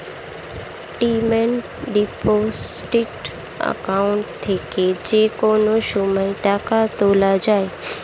demand deposit account থেকে যে কোনো সময় টাকা তোলা যায়